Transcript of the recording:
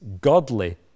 godly